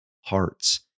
hearts